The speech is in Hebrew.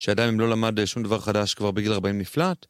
שאדם אם לא למד שום דבר חדש כבר בגיל 40 נפלט.